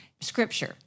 Scripture